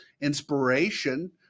inspiration